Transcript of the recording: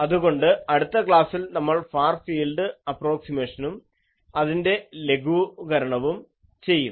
അതുകൊണ്ട് അടുത്ത ക്ലാസ്സിൽ നമ്മൾ ഫാർ ഫീൽഡ് അപ്രോക്സിമേഷനും അതിൻറെ ലഘൂകരണവും ചെയ്യും